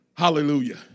Hallelujah